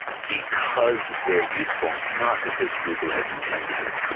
because they are useful, not because google has intended it.